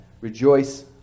Rejoice